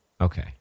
okay